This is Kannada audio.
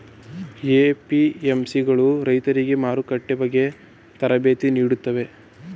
ಎ.ಪಿ.ಎಂ.ಸಿ ಗಳು ರೈತರಿಗೆ ಮಾರುಕಟ್ಟೆ ಬಗ್ಗೆ ತರಬೇತಿ ನೀಡುತ್ತವೆಯೇ?